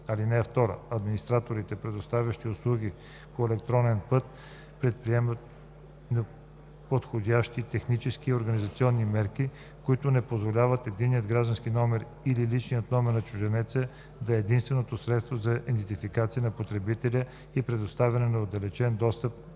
друго. (2) Администраторите, предоставящи услуги по електронен път, предприемат подходящи технически и организационни мерки, които не позволяват единният граждански номер или личният номер на чужденец да е единственото средство за идентификация на потребителя при предоставяне на отдалечен достъп